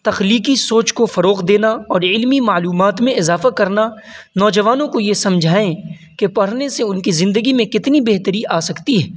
تخلیکی سوچ کو فروغ دینا اور علمی معلومات میں اضافہ کرنا نوجوانوں کو یہ سمجھائیں کہ پڑھنے سے ان کے زندگی میں کتنی بہتری آ سکتی ہے